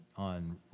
On